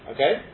Okay